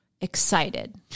excited